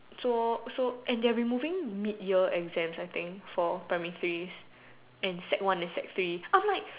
so so and they're removing mid year exams I think for primary three and sec one and sec three I'm like